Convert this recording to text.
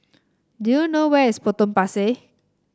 do you know where is Potong Pasir